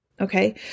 Okay